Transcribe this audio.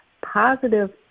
positive